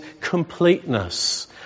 completeness